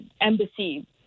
embassy